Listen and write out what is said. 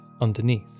underneath